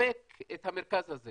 לספק את המרכז הזה